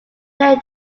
player